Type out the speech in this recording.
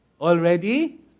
already